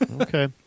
Okay